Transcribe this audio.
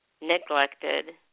neglected